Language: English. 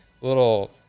little